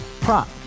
prop